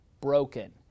broken